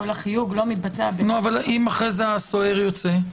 כל החיוג לא מתבצע --- אם אחרי זה הסוהר יוצא,